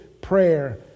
prayer